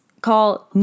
called